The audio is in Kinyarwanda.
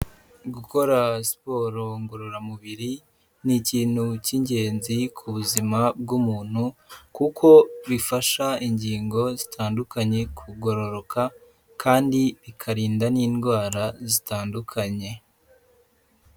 Gukora siporo ngororamubiri ni ikintu cy'ingenzi ku buzima bw'umuntu kuko bifasha ingingo zitandukanye kugororoka kandi bikarinda n'indwara zitandukanye.